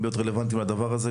שרלוונטיים לנושא הזה.